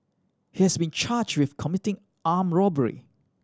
he has been charged with committing arm robbery